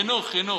חינוך.